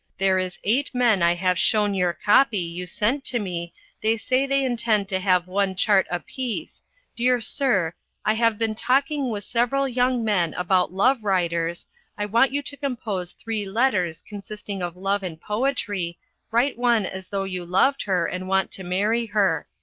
there is eight men i have shewn your copy you sent to me they say they intend to have one chart a piece dear sir i have been talking with several young men about love writers i want you to compose three letters consisting of love and poetry write one as though you loved her and want to marry her.